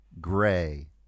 Gray